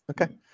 okay